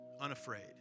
unafraid